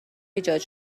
ایجاد